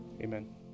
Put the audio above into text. amen